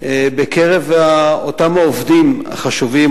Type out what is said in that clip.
בקרב אותם העובדים החשובים,